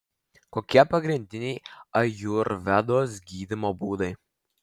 kokie pagrindiniai ajurvedos gydymo būdai